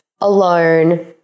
alone